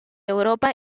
europa